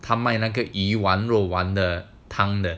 他卖那个鱼丸肉丸汤的